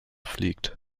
fliegt